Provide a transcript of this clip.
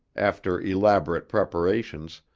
after elaborate preparations,